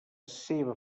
seva